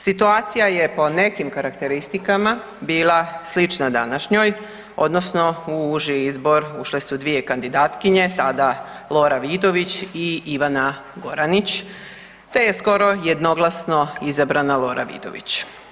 Situacija je po nekim karakteristikama bila slična današnjoj, odnosno u uži izbor ušle su dvije kandidatkinje, tada Lora Vidović i Ivana Goranić, te je skoro jednoglasno izabrana Lora Vidović.